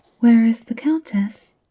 where is the countess?